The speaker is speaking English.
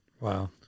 Wow